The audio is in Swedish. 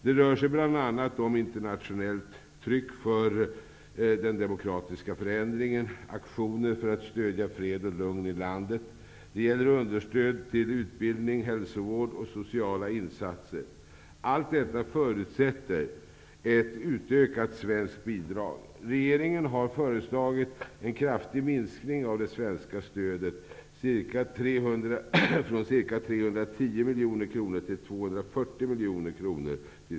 Det rör sig bl.a. om internationellt tryck för den demokratiska förändringen, aktioner för att stöjda fred och lugn i landet, det gäller understöd till utbildning, hälsovård och sociala insatser. Allt detta förutsätter ett utökat svenskt bidrag. Regeringen har föreslagit en kraftig minskning av det svenska stödet till Sydafrika, från ca 310 miljoner kronor till 240 miljoner.